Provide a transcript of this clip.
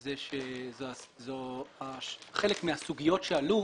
זה שחלק מהסוגיות שעלו,